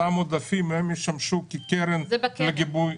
אותם עודפים ישמשו כקרן לגיבוי.